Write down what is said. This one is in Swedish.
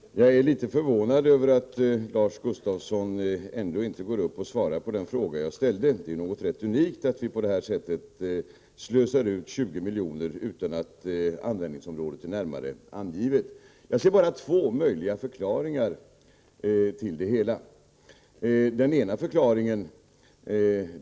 Herr talman! Jag är litet förvånad över att Lars Gustafsson ändå inte går upp och svarar på den fråga jag ställde. Det är rätt unikt att vi slösar ut 20 milj.kr. på det här sättet utan att användningsområdet är närmare angivet. Jag ser bara två möjliga förklaringar till att Lars Gustafsson inte svarar på frågan.